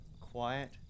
Quiet